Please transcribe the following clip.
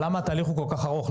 למה התהליך כל כך ארוך?